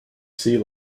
sea